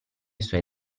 suoi